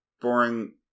boring